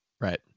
right